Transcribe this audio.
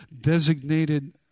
designated